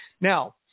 Now